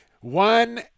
One